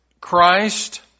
Christ